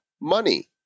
money